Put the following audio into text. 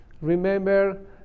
Remember